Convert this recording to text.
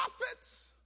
prophets